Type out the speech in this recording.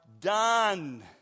done